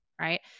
right